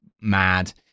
mad